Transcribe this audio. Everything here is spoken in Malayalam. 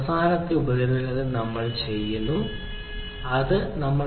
അവസാനത്തെ ഉപരിതലത്തിൽ നമ്മൾ ചെയ്യുന്നത് അതാണ്